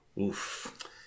Oof